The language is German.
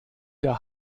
der